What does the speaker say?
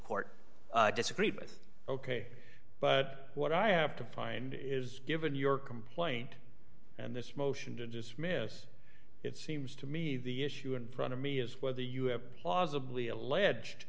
court disagreed with ok but what i have to find is given your complaint and this motion to dismiss it seems to me the issue in front of me is whether you have plausibly alleged